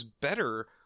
better